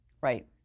right